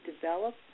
develop